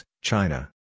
China